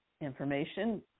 information